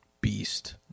Beast